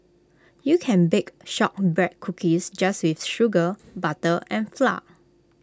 you can bake Shortbread Cookies just with sugar butter and flour